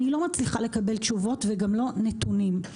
אני לא מצליחה לקבל תשובות וגם לא נתונים.